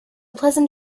pleasant